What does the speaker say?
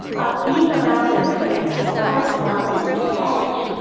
of being around this kind of erotic element the edge,